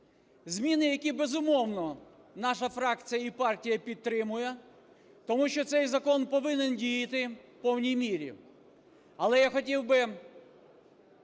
зміни, які, безумовно, наша фракція і партія підтримує? Тому що цей закон повинен діяти в повній мірі. Але я хотів би